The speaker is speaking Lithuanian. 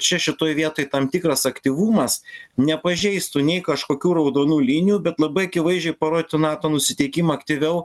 čia šitoj vietoj tam tikras aktyvumas nepažeistų nei kažkokių raudonų linijų bet labai akivaizdžiai parodytų nato nusiteikimą aktyviau